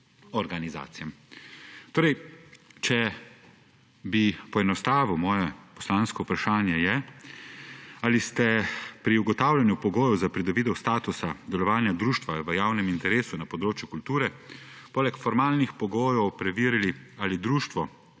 organizacij. Če bi poenostavil, moje poslansko vprašanje je: Ali ste pri ugotavljanju pogojev za pridobitev statusa delovanja društva v javnem interesu na področju kulture poleg formalnih pogojev preverili, ali društvo,